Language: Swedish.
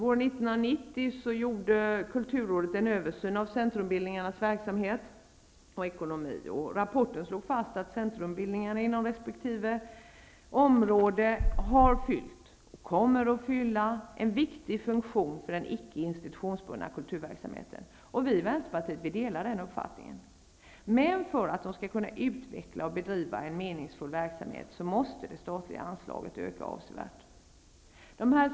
År 1990 gjorde kulturrådet en översyn av centrumbildningarnas verksamhet och ekonomi, och rapporten slog fast att centrumbildningarna inom resp. område har fyllt och kommer att fylla en viktig funktion för den icke institutionsbundna kulturverksamheten. Vi i Vänsterpartiet delar den uppfattningen. Men för att centrumbildningarna skall kunna utveckla och bedriva en meningsfull verksamhet måste det statliga anslaget öka avsevärt.